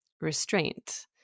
restraint